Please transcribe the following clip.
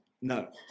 No